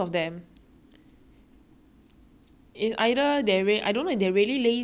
is either they real~ I don't know if they are really lazy and stupid or they pretend to be that way